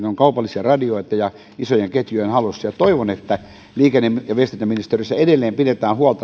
kaupallisia radioita ja isojen ketjujen hallussa toivon että liikenne ja viestintäministeriössä edelleen pidetään huolta